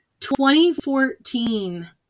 2014